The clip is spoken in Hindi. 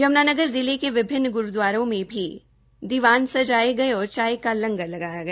यमुनानगर जिले क विभिन्न ग्रूद्वारों में भी दीवान सजाये गये और चाय का लंगर लगाया गया